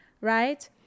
right